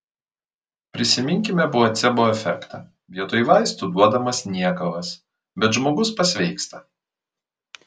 prisiminkime placebo efektą vietoj vaistų duodamas niekalas bet žmogus pasveiksta